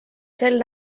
sel